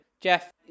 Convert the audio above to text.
Jeff